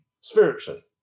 spiritually